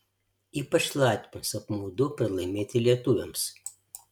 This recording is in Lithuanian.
ypač latviams apmaudu pralaimėti lietuviams